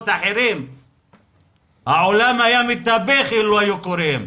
אחרים העולם היה מתהפך אילו היו קורים,